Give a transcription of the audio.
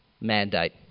mandate